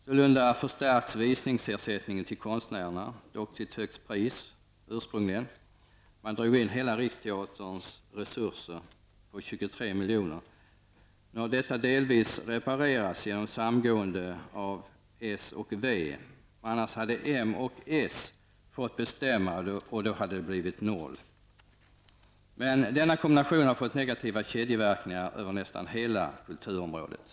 Sålunda förstärkt visningsersättningen till konstnärerna -- dock ursprungligen till ett högt pris. Man drog ju in alla Riksteaterns resurser om 23 miljoner. Detta har delvis reparerats genom ett samgående mellan socialdemokraterna och vänsterpartiet. Om detta inte hade skett, skulle moderaterna och socialdemokraterna ha fått bestämma, och då hade det blivit 0 kr. Men denna kombination har fått negativa kedjeverkningar över nästan hela kulturområdet.